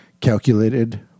calculated